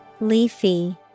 Leafy